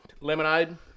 Lemonade